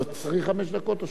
אז אני שם.